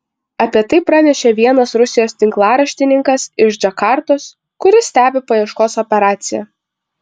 apie tai pranešė vienas rusijos tinklaraštininkas iš džakartos kuris stebi paieškos operaciją